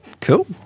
Cool